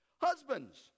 Husbands